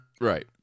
Right